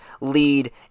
lead